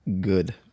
good